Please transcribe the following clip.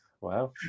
Wow